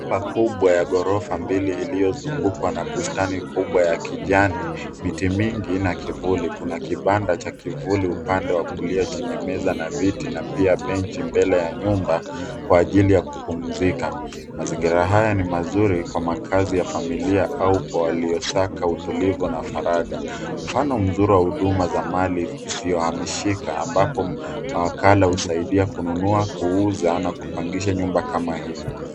Nyumba kubwa ya ghorofa mbili iliozungukwa na bustani kubwa ya kijani, miti mimgi na kivuli kuna kibanda cha kivuli upande wa kulia chenye meza na viti na pia benji mbele ya nyumba kwa ajili ya kupumzika. Mazingira haya ni mazuri kwa makazi ya familia au kwa waliosaka utulivu na faragha. Mfano mzuri wa huduma ya mali siyohamisika ambapo makala husaidia kununua au kuuza na kupangisha nyumba kama hii.